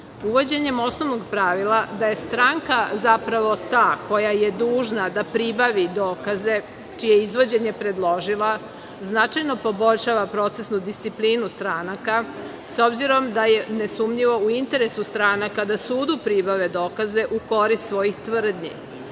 Uvođenjem osnovnog pravila da je stranka zapravo ta, koja je dužna da pribavi dokaze čije izvođenje predložila, značajno poboljšava procesnu disciplinu stranaka, s obzirom da je nesumnjivo u interesu stranaka da sudu pribave dokaze u korist svojih tvrdnji